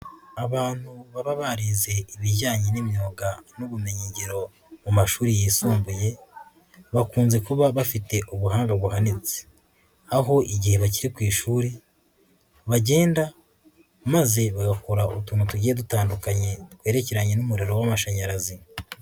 Abantu baba barize ibijyanye n'imyuga n'ubumenyingiro mu mashuri yisumbuye bakunze kuba bafite ubuhanga buhanitse, aho igihe bakiri ku ishuri bagenda maze bagakora utuntu tugiye dutandukanye twerekeranye n'umuriro w'amashanyarazi.